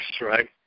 right